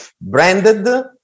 branded